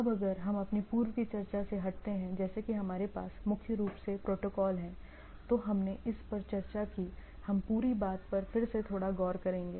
अब अगर हम अपनी पूर्व की चर्चा से हटते हैं जैसे कि हमारे पास मुख्य रूप से प्रोटोकॉल हैं तो हमने इस पर चर्चा की हम पूरी बात पर फिर से थोड़ा गौर करेंगे